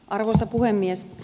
arvoisa puhemies